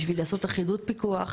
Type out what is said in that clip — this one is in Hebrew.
בשביל לעשות אחידות פיקוח.